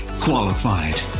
qualified